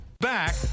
Back